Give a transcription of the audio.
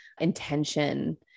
intention